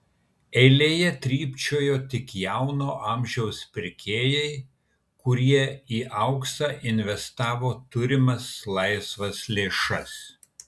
eilėje trypčiojo tik jauno amžiaus pirkėjai kurie į auksą investavo turimas laisvas lėšas